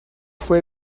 fue